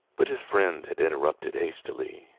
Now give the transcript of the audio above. but his friend had interrupted hastily.